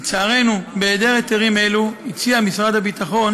לצערנו, בהיעדר היתרים אלו, הציע משרד הביטחון